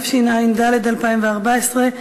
התשע"ד 2014,